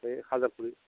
एक हाजार खरि